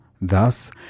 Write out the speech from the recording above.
Thus